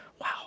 Wow